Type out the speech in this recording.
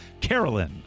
Carolyn